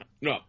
No